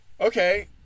Okay